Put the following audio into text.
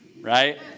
Right